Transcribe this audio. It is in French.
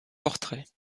portraits